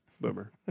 Boomer